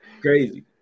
Crazy